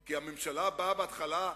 כי הממשלה באה בהתחלה,